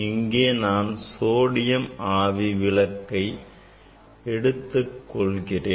இங்கே நான் சோடியம் ஆவி விளக்குகை எடுத்துக்கொள்கிறேன்